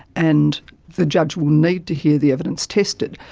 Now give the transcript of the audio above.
and the judge will need to hear the evidence tested.